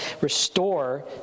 restore